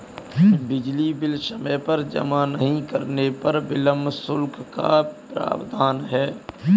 बिजली बिल समय पर जमा नहीं करने पर विलम्ब शुल्क का प्रावधान है